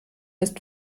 ist